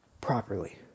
properly